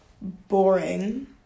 boring